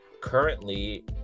currently